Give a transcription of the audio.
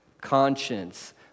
conscience